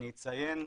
אני אציין,